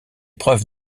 preuves